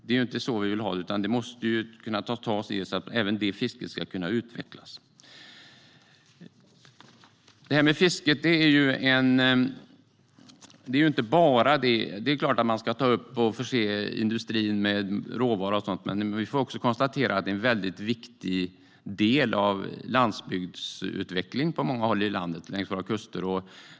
Det är inte så vi vill ha det, utan även det fisket ska kunna utvecklas. Det är klart att man ska ta upp fisk och förse industrin med råvara. Men vi får också konstatera att det är en väldigt viktig del av landsbygdsutveckling på många håll i landet längs våra kuster.